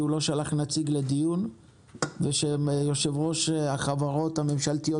על שלא שלח נציג לדיון ושיושב-ראש החברות הממשלתיות